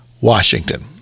Washington